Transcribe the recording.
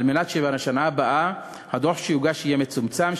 על מנת שבשנה הבאה הדוח שיוגש יהיה מצומצם,